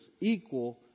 equal